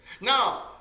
Now